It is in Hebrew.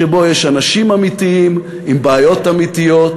שבו יש אנשים אמיתיים עם בעיות אמיתיות